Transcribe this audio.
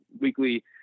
weekly